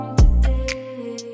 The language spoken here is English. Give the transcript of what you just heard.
today